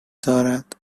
دارد